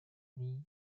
knee